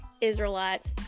Israelites